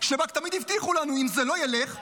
שבו תמיד הבטיחו לנו: אם זה לא ילך,